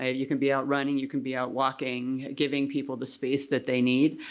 ah you can be out running, you can be out walking giving people the space that they need.